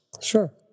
Sure